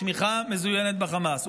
תמיכה מזוינת בחמאס.